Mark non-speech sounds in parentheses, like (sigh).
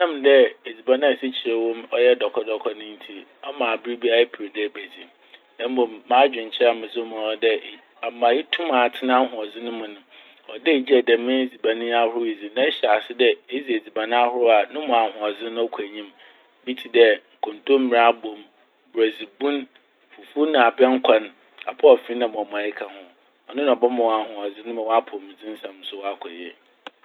Ɔnam dɛ edziban a esikyere wɔ mu no ɔyɛ dɔkɔdɔkɔ ne ntsi ɔma aber biara eper dɛ ebedzi. Na mbom m'adwenkyerɛ a medze ma wo dɛ (hesitation) ama etum atsena ahoɔdzen mu no, ɔwɔ dɛ igyae dɛm edziban ahorow yi dzi. Na ɛhyɛ ase dɛ edzi edziban ahorow a no mu ahoɔdzen no ɔkɔ enyim. Bi tse dɛ kontomire abom, borɛdze bun, fufu na abɛnkwan, apɔfee na mɔmɔe ka ho. Ɔno na ɔbɛma w'ahoɔdzen na w'apɔwmudzen nsɛm ɔakɔ yie.